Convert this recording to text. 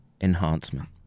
enhancement